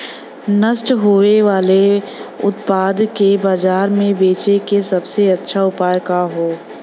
नष्ट होवे वाले उतपाद के बाजार में बेचे क सबसे अच्छा उपाय का हो?